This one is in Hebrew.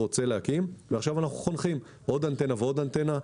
עכשיו אנחנו חונכים עוד אנטנה ועוד אנטנה.